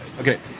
okay